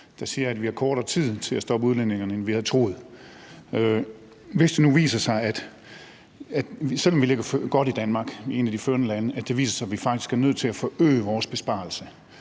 der siger, at vi har kortere tid til at stoppe udledningerne, end vi havde troet. Hvis det nu viser sig – selv om vi ligger godt i Danmark; vi er et af de førende lande – at vi faktisk er nødt til at forøge vores besparelser